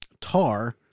tar